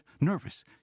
nervous